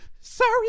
Sorry